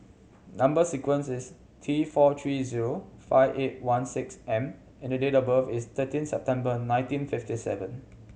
number sequence is T four three zero five eight one six M and the date of birth is thirteen September nineteen fifty seven